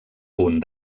punt